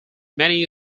many